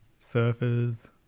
surfers